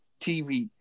TV